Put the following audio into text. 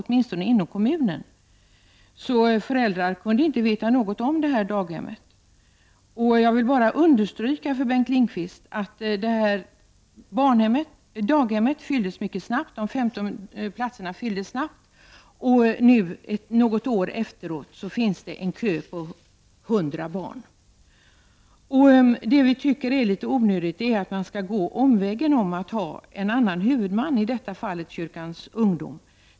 Därför kunde inte några föräldrar känna till någonting om detta daghem. Jag vill bara för Bengt Lindqvist understryka att daghemmets 15 platser fylldes mycket snabbt. Nu, något år efter starten, finns det en kö på 100 barn. Då anser vi centerpartister att det är litet onödigt att man måste gå omvägen med att ha en annan huvudman, i det här fallet Kyrkans ungdom.